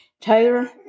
Taylor